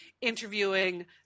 interviewing